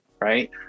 right